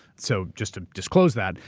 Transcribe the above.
so just to disclose that,